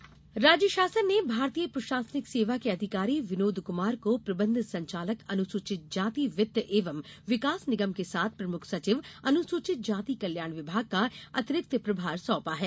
तबादले राज्य शासन ने भारतीय प्रशासनिक सेवा के अधिकारी विनोद कुमार को प्रबंध संचालक अनुसूचित जाति वित्त एवं विकास निगम के साथ प्रमुख सचिव अनुसूचित जाति कल्याण विभाग का अतिरिक्त प्रभार सौंपा है